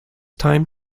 time